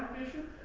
nation.